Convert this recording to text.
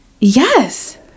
yes